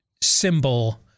symbol